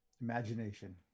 Imagination